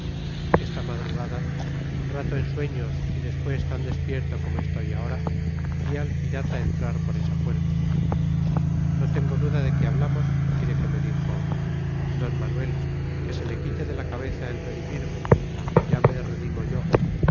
esta madrugada un rato en sueños y después tan despierto como estoy ahora vi al pirata entrar por esa puerta no tengo duda de que hablamos y de que me dijo d manuel que se le quite de la cabeza el redimirme ya me redimo yo